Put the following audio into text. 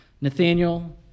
Nathaniel